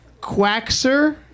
Quaxer